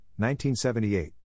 1978